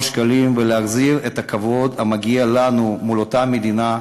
שקלים ולהחזיר את הכבוד המגיע לנו מול אותה מדינה,